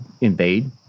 invade